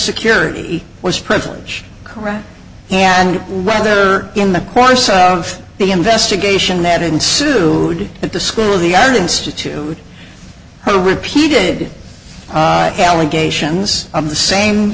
security was privilege correct and right there in the course of the investigation that ensued at the school of the art institute her repeated allegations of the same